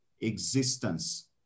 existence